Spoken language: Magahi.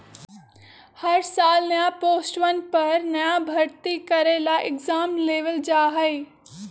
हर साल नया पोस्टवन पर नया भर्ती करे ला एग्जाम लेबल जा हई